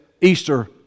Easter